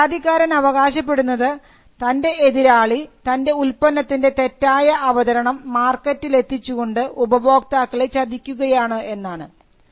ഇവിടെ പരാതിക്കാരൻ അവകാശപ്പെടുന്നത് തൻറെ എതിരാളി തൻറെ ഉൽപ്പന്നത്തിൻറെ തെറ്റായ അവതരണം മാർക്കറ്റിൽ എത്തിച്ചുകൊണ്ട് ഉപഭോക്താക്കളെ ചതിക്കുകയാണ് എന്നാണ്